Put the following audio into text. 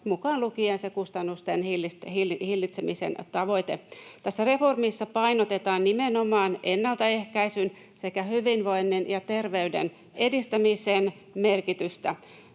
mukaan lukien se kustannusten hillitsemisen tavoite. Tässä reformissa painotetaan nimenomaan ennalta ehkäisyn sekä hyvinvoinnin ja terveyden edistämisen merkitystä.